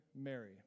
Mary